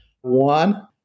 One